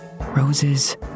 Roses